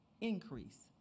increase